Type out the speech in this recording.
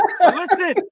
listen